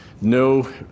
no